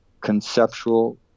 conceptual